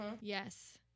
Yes